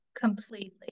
Completely